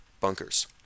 bunkers